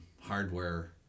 hardware